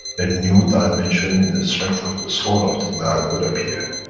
a new dimension in the strength of the soul of the man will appear,